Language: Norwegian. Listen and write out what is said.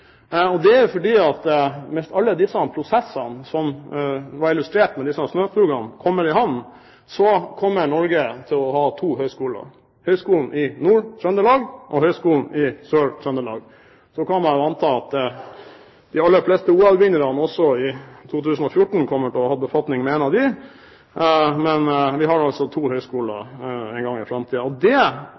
Så kan man jo anta at de aller fleste OL-vinnerne også i 2014 kommer til å ha hatt befatning med en av dem, men vi har altså to høyskoler en gang i framtiden. Det